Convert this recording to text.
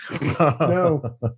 No